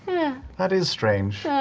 that is strange.